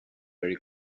very